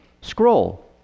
scroll